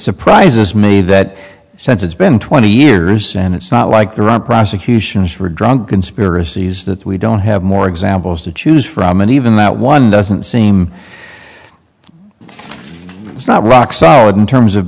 surprises me that since it's been twenty years and it's not like the run prosecutions for drug conspiracies that we don't have more examples to choose from and even that one doesn't seem it's not rock solid in terms of